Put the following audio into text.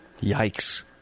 yikes